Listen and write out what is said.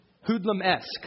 hoodlum-esque